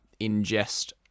ingest